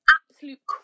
absolute